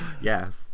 yes